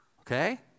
Okay